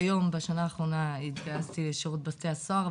כיום בשנה האחרונה התגייסתי לשירות בתי הסוהר,